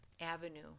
avenue